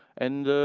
and